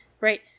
right